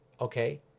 okay